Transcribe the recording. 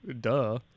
Duh